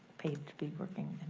paid to be working